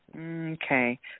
Okay